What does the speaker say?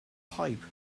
pipe